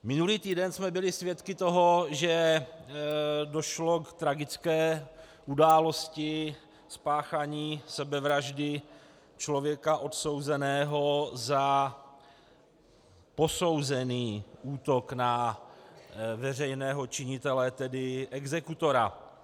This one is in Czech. Minulý týden jsme byli svědky toho, že došlo k tragické události, spáchání sebevraždy člověka odsouzeného za posouzený útok na veřejného činitele, tedy exekutora.